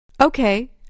Okay